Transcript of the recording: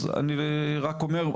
אז אני רק אומר,